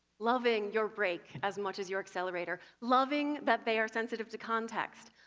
loving your brake as much as your accelerator, loving that they're sensitive to context,